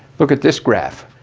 look at this graph.